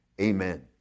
Amen